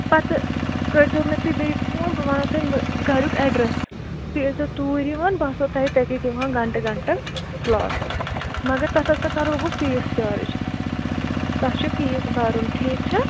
پَتہٕ کٔرزیٚو مےٚ تُہۍ بیٚیہِ فون بہٕ ونو تۄہہِ گَریُکۍ ایٚڈریٚس تُہۍ ٲسۍ زیٚو توٗرۍ یوان بہٕ آسو تۄہہِ تٔتے دِوان گنٹہٕ گنٹہٕ کلاس مگر تتھ ہَسا کرو بہٕ فیٖس چارج تتھ چھُ فیٖس بَرُن ٹھیٖک چھَ